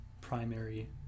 primary